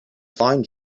find